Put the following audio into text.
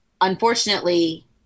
unfortunately